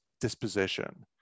disposition